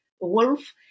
wolf